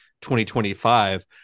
2025